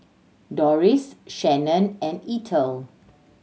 Doris Shannen and Ethel